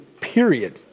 period